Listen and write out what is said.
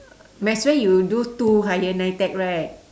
might as well you do two higher NITEC right